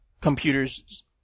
Computers